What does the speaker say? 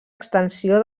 extensió